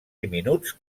diminuts